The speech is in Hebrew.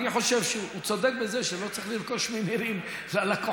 ואני חושב שהוא צודק בזה שלא צריך לרכוש ממירים ללקוחות,